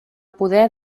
poder